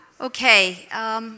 Okay